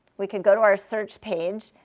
we could go to our search page.